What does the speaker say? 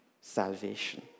salvation